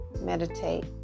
Meditate